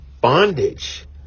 bondage